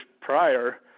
prior